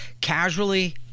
casually